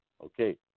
Okay